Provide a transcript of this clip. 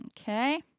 Okay